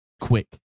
quick